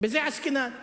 בזה עסקינן.